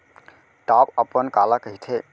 Top अपन काला कहिथे?